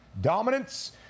dominance